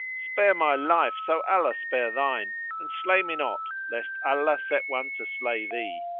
spare my life, so allah spare thine and slay me not, lest allah set one to slay thee.